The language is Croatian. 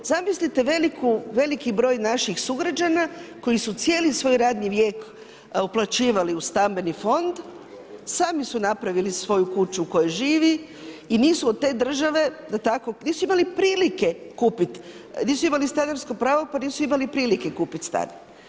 Zamislite veliki broj naših sugrađana koji su cijeli svoj radni vijek uplaćivali u stambeni fond, sami su napravili svoju kuću u kojoj živi i nisu od te države da tako, nisu imali prilike kupiti, nisu imali stanarsko pravo pa nisu imali prilike kupit stan.